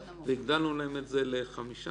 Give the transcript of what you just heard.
והגדלנו להם את זה ל-15%.